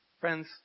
Friends